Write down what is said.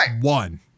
one